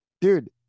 Dude